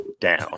down